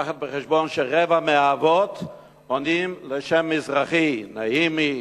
לקחת בחשבון שרבע מהאבות עונים לשם מזרחי: נעימי,